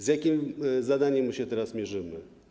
Z jakim zadaniem się teraz mierzymy?